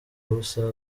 busa